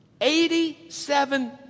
eighty-seven